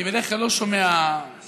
אני בדרך כלל לא שומע חדשות,